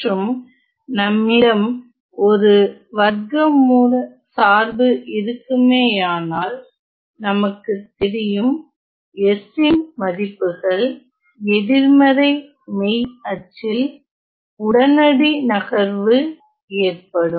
மற்றும் நம்மிடம் ஒரு வர்க்கமூல சார்பு இருக்குமேயானால் நமக்கு தெரியும் s ன் மதிப்புகள் எதிர்மறை மெய் அச்சில் உடனடி நகர்வு ஏற்படும்